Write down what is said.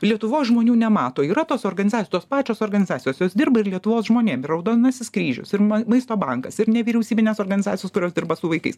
lietuvos žmonių nemato yra tos organizacijos tos pačios organizacijos jos dirba ir lietuvos žmonėm raudonasis kryžius ir maisto bankas ir nevyriausybinės organizacijos kurios dirba su vaikais